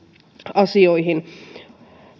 asioihin